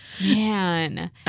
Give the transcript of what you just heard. Man